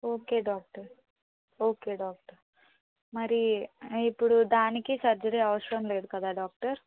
okay doctor okay doctor మరి ఇప్పుడు దానికి సర్జరీ అవసరం లేదు కదా డాక్టర్